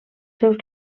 seus